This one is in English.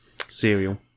cereal